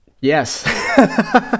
Yes